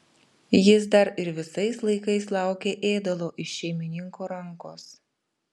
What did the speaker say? jis dar ir visais laikais laukė ėdalo iš šeimininko rankos